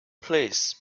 please